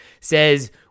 says